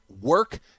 Work